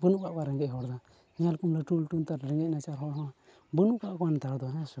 ᱵᱟᱹᱱᱩᱜ ᱠᱟᱜ ᱠᱚᱣᱟ ᱨᱮᱸᱜᱮᱡ ᱦᱚᱲ ᱫᱚ ᱧᱮᱞ ᱠᱚᱢ ᱞᱟᱹᱴᱩ ᱞᱟᱹᱴᱩ ᱱᱮᱛᱟᱨ ᱨᱮᱸᱜᱮᱡ ᱱᱟᱪᱟᱨ ᱦᱚᱲ ᱦᱚᱸ ᱵᱟᱹᱱᱩᱜ ᱠᱟᱜ ᱠᱚᱣᱟ ᱱᱮᱛᱟᱨ ᱦᱮᱸ ᱥᱮ ᱵᱟᱝ